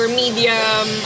medium